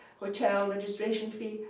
hotel, registration fee,